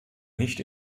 nicht